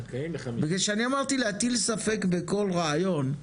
בגלל שאני אמרתי להטיל ספק בכל רעיון,